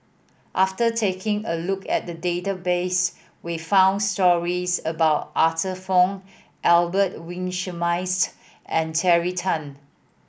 after taking a look at the database we found stories about Arthur Fong Albert Winsemius and Terry Tan